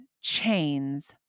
chains